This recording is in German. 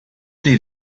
flehe